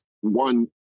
one